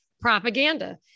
propaganda